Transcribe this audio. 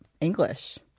English